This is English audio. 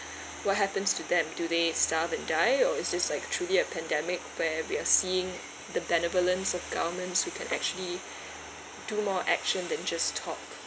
what happens to them do they starve and die or it's just like truly a pandemic where we are seeing the benevolence of governments who can actually do more action than just talk